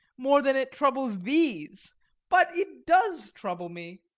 more than it troubles these but it does trouble me!